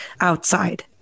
outside